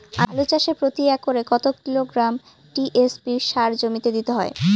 আলু চাষে প্রতি একরে কত কিলোগ্রাম টি.এস.পি সার জমিতে দিতে হয়?